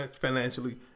financially